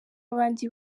abandi